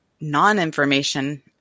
non-information